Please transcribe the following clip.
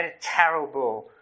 terrible